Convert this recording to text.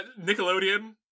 Nickelodeon